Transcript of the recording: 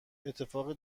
اتفاق